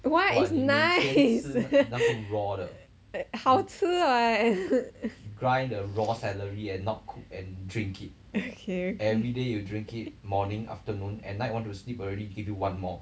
what is nice 好吃 what okay okay